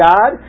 God